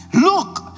Look